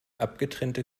abgetrennte